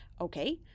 Okay